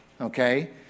Okay